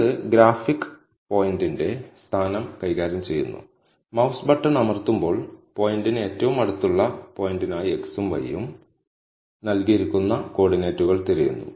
ഇത് ഗ്രാഫിക് പോയിന്ററിന്റെ സ്ഥാനം കൈകാര്യം ചെയ്യുന്നു മൌസ് ബട്ടൺ അമർത്തുമ്പോൾ പോയിന്ററിന് ഏറ്റവും അടുത്തുള്ള പോയിന്റിനായി x ഉം y ഉം നൽകിയിരിക്കുന്ന കോർഡിനേറ്റുകൾ തിരയുന്നു